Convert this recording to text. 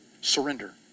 Surrender